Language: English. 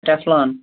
teflon